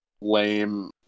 lame